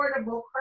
affordable